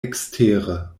ekstere